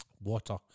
Water